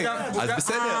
בסדר.